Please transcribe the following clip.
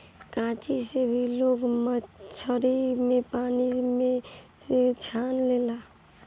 खांची से भी लोग मछरी के पानी में से छान लेला